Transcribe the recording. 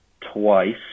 twice